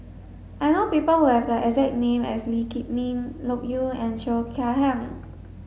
I know people who have the exact name as Lee Kip Lin Loke Yew and Cheo Chai Hiang